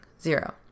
zero